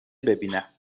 ببینم